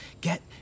get